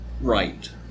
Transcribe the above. Right